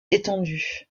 étendues